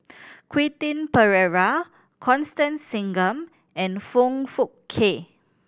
Quentin Pereira Constance Singam and Foong Fook Kay